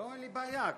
אין לי בעיה.